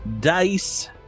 dice